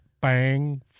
bang